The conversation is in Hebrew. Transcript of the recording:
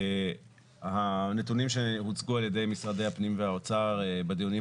הנתונים שהוצגו על ידי משרדי הפנים והאוצר בדיונים